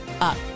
up